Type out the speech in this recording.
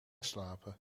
slapen